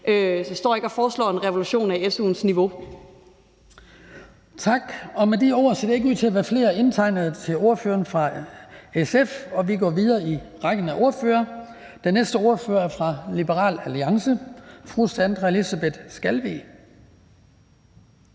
Den fg. formand (Hans Kristian Skibby): Tak. Med de ord ser der ikke ud til at være flere indtegnede til ordføreren fra SF, og vi går videre i rækken af ordførere. Den næste ordfører er fra Liberal Alliance, og det er fru Sandra Elisabeth Skalvig.